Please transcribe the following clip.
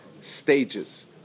stages